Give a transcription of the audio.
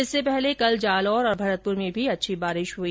इससे पहले कल जालौर और भरतपुर में भी अच्छी बारिश हुई